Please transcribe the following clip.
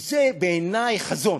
זה בעיני חזון.